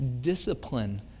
discipline